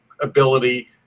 ability